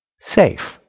safe